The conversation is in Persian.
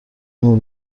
نور